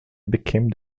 became